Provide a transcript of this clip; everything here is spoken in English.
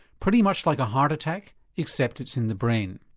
pretty much like a heart attack except it's in the brain.